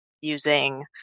using